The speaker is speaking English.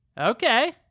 Okay